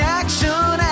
action